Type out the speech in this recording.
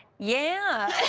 yeah.